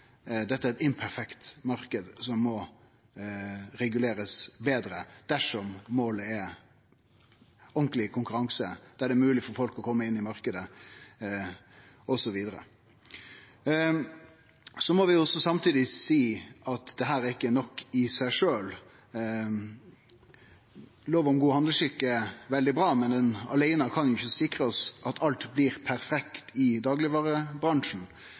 dette er ein imperfekt marknad som må regulerast betre dersom målet er ordentleg konkurranse, der det er mogleg for folk å kome inn i marknaden, osv. Så må vi også samtidig seie at dette ikkje er nok i seg sjølv. Lov om god handelsskikk er veldig bra, men den aleine kan ikkje sikre at alt blir perfekt i daglegvarebransjen.